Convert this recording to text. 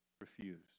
refused